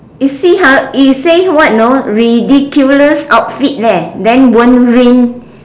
you see ha it says what know ridiculous outfit leh then won't ruin